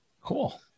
Cool